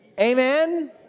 Amen